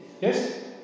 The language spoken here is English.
Yes